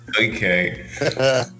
Okay